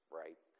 right